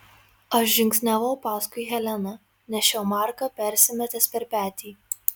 aš žingsniavau paskui heleną nešiau marką persimetęs per petį